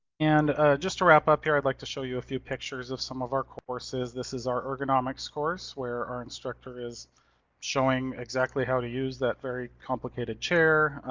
and just to wrap up here, i'd like to show you a few pictures of some of our courses. this is our ergonomics course, where our instructor is showing exactly how to use that very complicated chair.